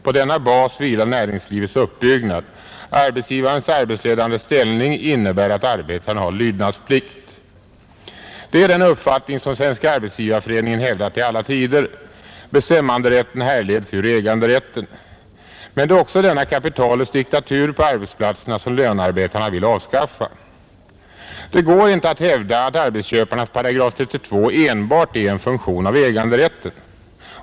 ——— På denna bas vilar näringslivets uppbyggnad. Arbetsgivarens arbetsledande ställning innebär att arbetstagaren har lydnadsplikt.” Detta är den uppfattning som SAF har hävdat i alla tider. Bestämmanderätten härleds ur äganderätten! Men det är också denna kapitalets diktatur på arbetsplatserna som lönarbetarna vill avskaffa. Det går inte att hävda att arbetsköparnas § 32 enbart är en funktion av äganderätten.